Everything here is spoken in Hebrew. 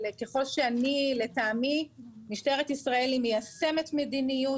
לטעמי משטרת ישראל היא מיישמת מדיניות,